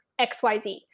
XYZ